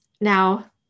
Now